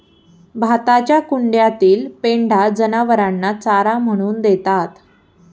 भाताच्या कुंड्यातील पेंढा जनावरांना चारा म्हणून देतात